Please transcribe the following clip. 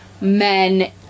men